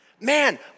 Man